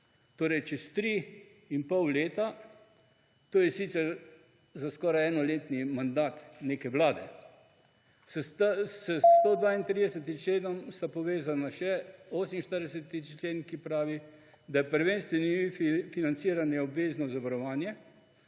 Torej čez tri in pol leta, to je sicer za skoraj en mandat neke vlade. S 132. členom sta povezana še 48. člen, ki pravi, da je prvenstveni vir financiranja obvezno zavarovanje